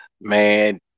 man